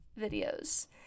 videos